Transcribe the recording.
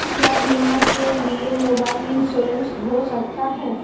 क्या बीमा के लिए मोबाइल इंश्योरेंस हो सकता है?